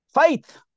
Faith